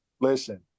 Listen